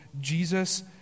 Jesus